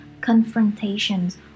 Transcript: confrontations